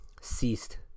ceased